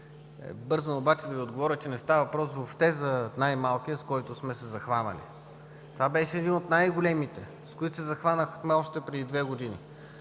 Бързам обаче да Ви отговоря, че не става въпрос въобще за „най-малкия“, с който сме се захванали. Това беше един от най-големите, с които се захванахме още преди две години,